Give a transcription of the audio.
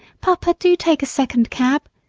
papa, do take a second cab,